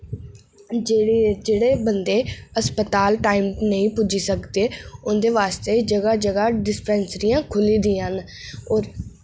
जेह्ड़ी जेह्ड़े बंदे हस्पताल टाइम नेईं पुज्जी सकदे उं'दे वास्ते जगह जगह डिस्पेंसरियां खु'ल्ली दि'यां न और